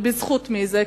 בזכות מי זה?